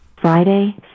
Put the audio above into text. Friday